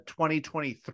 2023